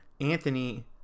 Anthony